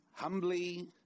Humbly